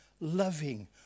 loving